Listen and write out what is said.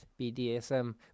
BDSM